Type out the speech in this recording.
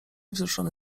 wzruszony